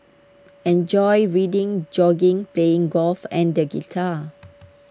enjoys reading jogging playing golf and the guitar